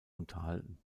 unterhalten